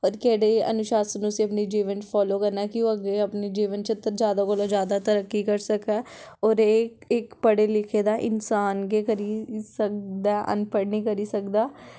होर केह्ड़े अनुशासन उस्सी अपने जीवन च फालो करने कि ओह् अपने जीवन च जैदा कोला जैदा तरक्की करी सकै होर एह् इक पढ़े लिखे दा इंसान गै करी सकदा अनपढ़ निं करी सकदा